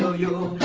so you